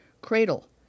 Cradle